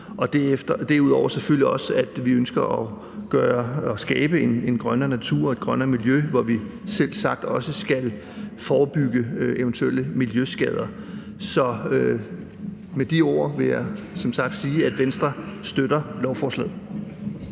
derudover selvfølgelig også, at vi ønsker at skabe en grønnere natur og et grønnere miljø, hvor vi selvsagt også skal forebygge eventuelle miljøskader. Så med de ord vil jeg som sagt sige, at Venstre støtter lovforslaget.